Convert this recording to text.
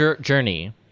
journey